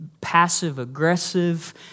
passive-aggressive